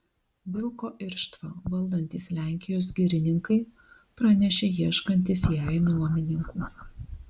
vilko irštvą valdantys lenkijos girininkai pranešė ieškantys jai nuomininkų